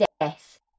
death